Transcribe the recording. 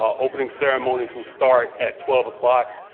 opening ceremonies will start at twelve like